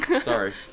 sorry